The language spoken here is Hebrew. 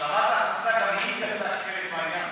השלמת ההכנסה גם היא, חלק מהעניין הזה.